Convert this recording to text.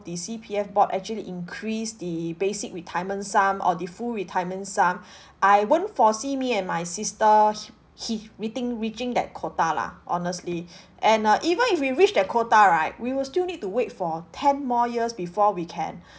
the C_P_F board actually increase the basic retirement sum or the full retirement sum I won't foresee me and my sister hi~ hi~ reaching reaching that quota lah honestly and uh even if we reach that quota right we will still need to wait for ten more years before we can